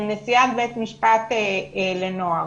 של נשיאת בית משפט לנוער,